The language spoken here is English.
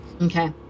Okay